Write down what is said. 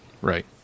Right